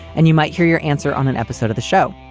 and you might hear your answer on an episode of the show.